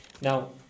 Now